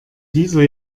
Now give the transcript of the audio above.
dieser